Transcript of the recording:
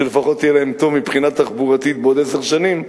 שלפחות יהיה להם טוב מבחינה תחבורתית בעוד עשר שנים,